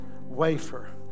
wafer